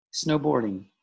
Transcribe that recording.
snowboarding